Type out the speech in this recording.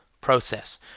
process